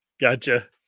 Gotcha